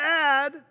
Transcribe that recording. add